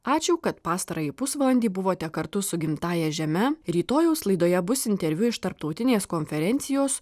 ačiū kad pastarąjį pusvalandį buvote kartu su gimtąja žeme rytojaus laidoje bus interviu iš tarptautinės konferencijos